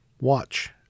Watch